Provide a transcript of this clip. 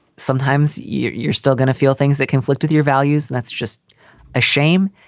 sometimes you're still going to feel things that conflict with your values. that's just a shame.